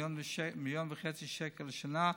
1.5 מיליון שקל לשנה,